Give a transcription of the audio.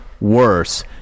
worse